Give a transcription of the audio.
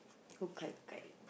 go gai-gai